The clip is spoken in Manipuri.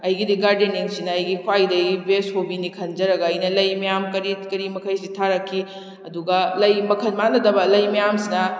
ꯑꯩꯒꯤꯗꯤ ꯒꯥꯔꯗꯦꯅꯤꯡꯁꯤꯅ ꯑꯩꯒꯤ ꯈ꯭ꯋꯥꯏꯗꯒꯤ ꯕꯦꯁ ꯍꯣꯕꯤꯅꯤ ꯈꯟꯖꯔꯒ ꯑꯩꯅ ꯂꯩ ꯃꯌꯥꯝ ꯀꯔꯤ ꯀꯔꯤ ꯃꯈꯩꯁꯤ ꯊꯥꯔꯛꯈꯤ ꯑꯗꯨꯒ ꯂꯩ ꯃꯈꯟ ꯃꯥꯟꯅꯗꯕ ꯂꯩ ꯃꯌꯥꯝꯁꯤꯅ